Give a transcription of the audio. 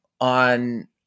on